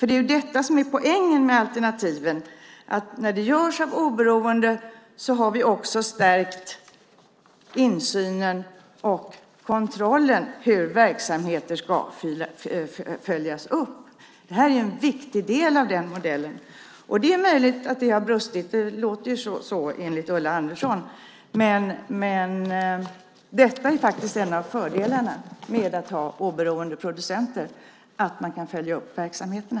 Det är ju det som är poängen med alternativen, att när det görs av oberoende har vi också stärkt insynen och kontrollen av hur verksamheter ska följas upp. Det är en viktig del av den modellen, och det är möjligt att det har brustit. Det låter så enligt Ulla Andersson, men en av fördelarna med att ha oberoende producenter är faktiskt att man kan följa upp verksamheterna.